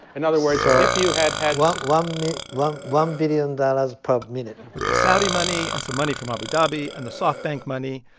and other words, ah if you had had. one um minute one one billion dollars per minute with the saudi money and some money from abu dhabi and the softbank money,